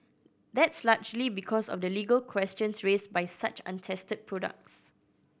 that's largely because of the legal questions raised by such untested products